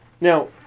Now